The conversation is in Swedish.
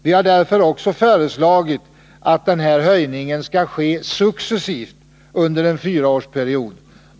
Vi har därför föreslagit att höjningen skall ske successivt under en fyraårsperiod.